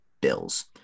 Bills